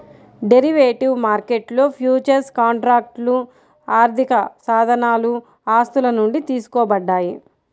derivative మార్కెట్లో futures కాంట్రాక్ట్లు ఆర్థికసాధనాలు ఆస్తుల నుండి తీసుకోబడ్డాయి